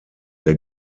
der